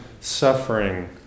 suffering